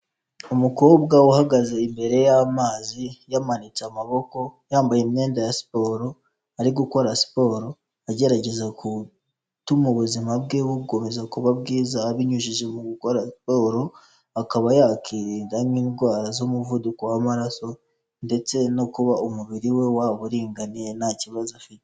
Umukobwa uhagaze imbere y'amazi yamanitse amaboko yambaye imyenda ya siporo, ari gukora siporo agerageza gutuma ubuzima bwe bukomeza kuba bwiza abinyujije mu gukora siporo, akaba yakirinda indwara z'umuvuduko w'amaraso, ndetse no kuba umubiri we waba uringaniye nta kibazo afite.